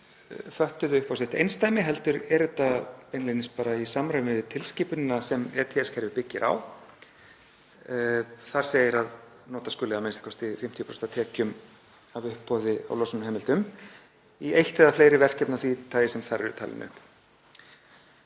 heldur er þetta beinlínis í samræmi við tilskipunina sem ETS-kerfið byggir á. Þar segir að nota skuli a.m.k. 50% af tekjum af uppboði á losunarheimildum í eitt eða fleiri verkefni af því tagi sem þar eru talin upp.